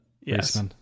yes